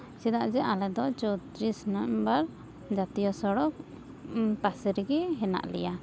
ᱪᱮᱫᱟᱜ ᱡᱮ ᱟᱞᱮ ᱫᱚ ᱪᱚᱛᱛᱨᱤᱥ ᱱᱟᱢᱵᱟᱨ ᱡᱟᱛᱤᱭᱚ ᱥᱚᱲᱚᱠ ᱯᱟᱥᱮ ᱨᱮᱜᱮ ᱦᱮᱱᱟᱜ ᱞᱮᱭᱟ